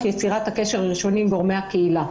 יצירת הקשר הראשוני עם גורמי הקהילה.